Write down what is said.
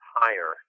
higher